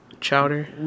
chowder